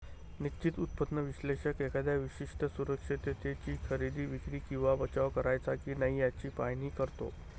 निश्चित उत्पन्न विश्लेषक एखाद्या विशिष्ट सुरक्षिततेची खरेदी, विक्री किंवा बचाव करायचा की नाही याचे पाहणी करतो